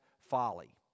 folly